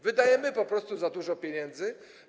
Wydajemy po prostu za dużo pieniędzy.